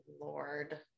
lord